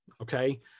okay